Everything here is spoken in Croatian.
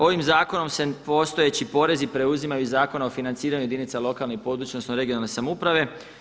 Ovim zakonom se postojeći porezi preuzimaju iz Zakona o financiranju jedinica lokalne i područne odnosno regionalne samouprave.